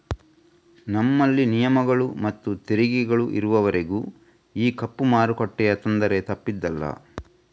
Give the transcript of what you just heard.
ನಮ್ಮಲ್ಲಿ ನಿಯಮಗಳು ಮತ್ತು ತೆರಿಗೆಗಳು ಇರುವವರೆಗೂ ಈ ಕಪ್ಪು ಮಾರುಕಟ್ಟೆಯ ತೊಂದರೆ ತಪ್ಪಿದ್ದಲ್ಲ